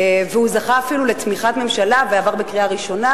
הוא אפילו זכה לתמיכת ממשלה והחוק עבר בקריאה ראשונה,